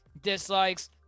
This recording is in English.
dislikes